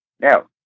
Now